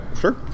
sure